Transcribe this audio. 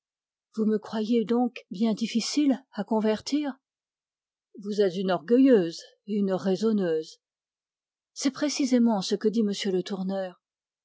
vous me croyez donc bien difficile à convertir vous êtes une orgueilleuse et une raisonneuse c'est précisément ce que dit m le tourneur